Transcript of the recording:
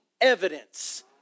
evidence